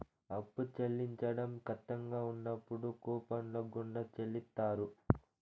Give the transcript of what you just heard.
అప్పు చెల్లించడం కట్టంగా ఉన్నప్పుడు కూపన్ల గుండా చెల్లిత్తారు